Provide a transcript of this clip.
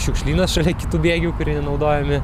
šiukšlynas šalia kitų bėgių kurie nenaudojami